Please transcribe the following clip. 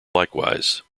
likewise